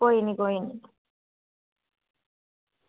कोई निं कोई निं